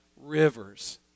rivers